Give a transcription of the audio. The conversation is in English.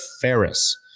Ferris